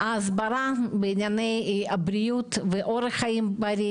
ההסברה בענייני הבריאות ואורח חיים בריא